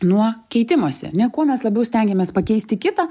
nuo keitimosi ar ne kuo mes labiau stengiamės pakeisti kitą